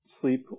sleep